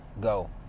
go